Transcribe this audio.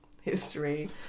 history